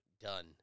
done